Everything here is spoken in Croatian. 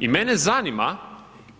I mene zanima